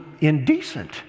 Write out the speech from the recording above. indecent